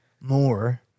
more